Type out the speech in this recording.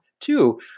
Two